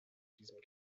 diesem